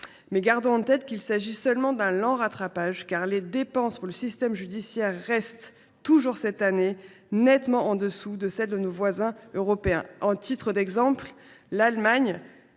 Mais gardons en tête qu’il s’agit seulement d’un lent rattrapage, car les dépenses pour le système judiciaire restent, cette année encore, nettement inférieures à celles de nos voisins européens. À titre d’exemple, en Allemagne,